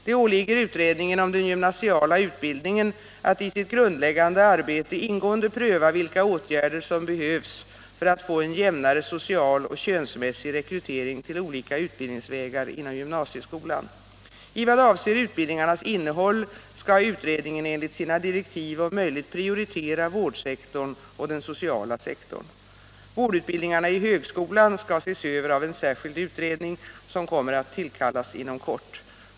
Det åligger utredningen om den gymnasiala utbildningen att i sitt grundläggande arbete ingående pröva vilka åtgärder 175 som behövs för att få en jämnare social och könsmässig rekrytering till olika utbildningsvägar inom gymnasieskolan. I vad avser utbildningarnas innehåll skall utredningen enligt sina direktiv om möjligt prioritera vårdsektorn och den sociala sektorn. Vårdutbildningarna i högskolan skall ses över av en särskild utredning som kommer att tillkallas inom kort.